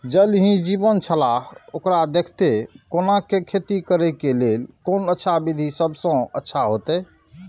ज़ल ही जीवन छलाह ओकरा देखैत कोना के खेती करे के लेल कोन अच्छा विधि सबसँ अच्छा होयत?